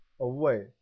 away